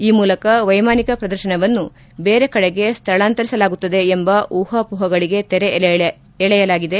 ಈ ಮೂಲಕ ವೈಮಾನಿಕ ಪ್ರದರ್ಶನವನ್ನು ಬೇರೆ ಕಡೆಗೆ ಸ್ವಳಾಂತರಿಸಲಾಗುತ್ತದೆ ಎಂಬ ಊಹಾಹೋಹಗಳಿಗೆ ತೆರೆ ಎಳೆಯಲಾಗಿದೆ